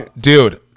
Dude